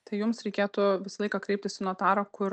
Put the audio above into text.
tai jums reikėtų visą laiką kreiptis į notarą kur